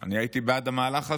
אני הייתי בעד המהלך הזה,